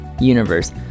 universe